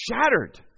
shattered